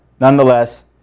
nonetheless